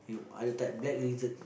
no other type black lizard